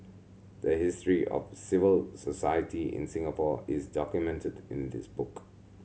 the history of civil society in Singapore is documented in this book